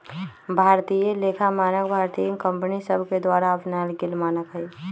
भारतीय लेखा मानक भारतीय कंपनि सभके द्वारा अपनाएल गेल मानक हइ